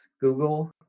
Google